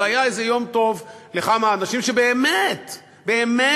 והיה איזה יום טוב לכמה אנשים שבאמת באמת